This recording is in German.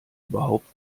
überhaupt